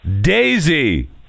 Daisy